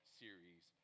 series